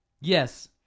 Yes